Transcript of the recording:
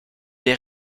des